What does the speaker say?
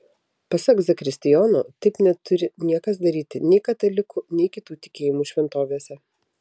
pasak zakristijono taip neturi niekas daryti nei katalikų nei kitų tikėjimų šventovėse